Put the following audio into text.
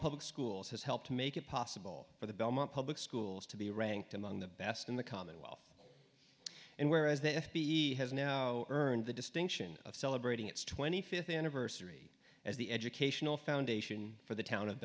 public schools has helped make it possible for the belmont public schools to be ranked among the best in the commonwealth and whereas the f b i now earned the distinction of celebrating its twenty fifth anniversary as the educational foundation for the town of